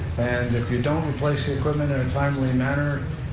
and if you don't replace the equipment in a timely manner,